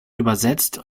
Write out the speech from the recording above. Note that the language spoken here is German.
übersetzt